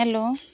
hello